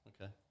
okay